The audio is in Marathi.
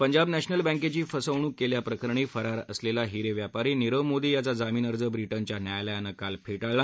पंजाब नॅशनल बँकेची फसवणूक केल्या प्रकरणी फरार असलेला हिरे व्यापारी निरव मोदी यांचा जामीन अर्ज ब्रिटनच्या न्यायालयानं काल फेटाळला